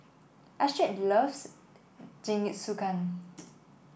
Astrid loves Jingisukan